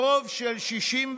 ברוב של 61,